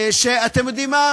שאתם יודעים מה?